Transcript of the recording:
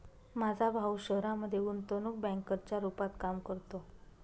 माझा भाऊ शहरामध्ये गुंतवणूक बँकर च्या रूपात काम करतो